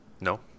No